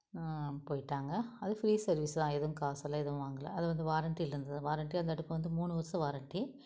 போய்ட்டாங்க அது free service தான் எதும் காசெல்லாம் எதுவும் வாங்கலை அது வந்து வாரண்ட்டியில இருந்தது வாரண்ட்டி அந்த அடுப்பு வந்து மூணு வருடம் வாரண்ட்டி